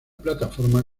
plataforma